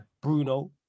Bruno